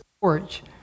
porch